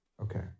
okay